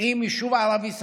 עם יישוב ערבי סמוך.